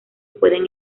pueden